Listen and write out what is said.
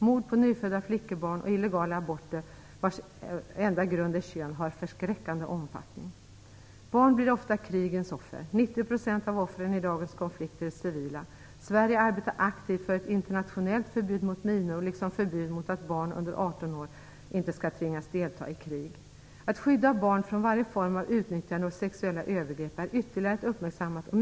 Mord på nyfödda flickebarn och illegala aborter vars enda grund är kön har förskräckande omfattning. Barn blir ofta krigens offer. 90 % av offren i dagen konflikter är civila. Sverige arbetar aktivt för ett internationellt förbud mot minor liksom för förbud mot att barn under 18 år skall tvingas delta i krig. Att skydda barn från varje form av utnyttjande och sexuella övergrepp är ytterligare ett uppmärksammat krav.